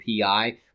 PI